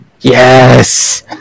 Yes